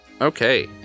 Okay